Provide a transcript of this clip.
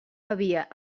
havia